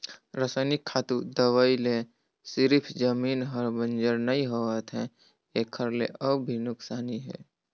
रसइनिक खातू, दवई ले सिरिफ जमीन हर बंजर नइ होवत है एखर ले अउ भी नुकसानी हे